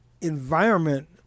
environment